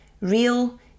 real